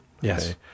Yes